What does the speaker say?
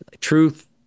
truth